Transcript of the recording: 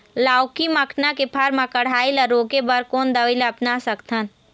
लाउकी मखना के फर मा कढ़ाई ला रोके बर कोन दवई ला अपना सकथन?